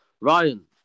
Ryan